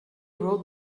wrote